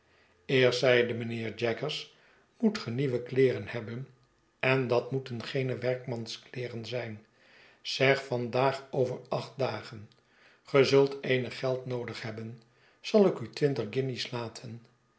zeide mijnheer jaggers moet ge nieuwe kleeren hebben en dat moeten geene werkmans kleeren zijn zeg vandaag over acht dagen ge zult eenig geld noodig hebben zal ik u twintig guinjes laten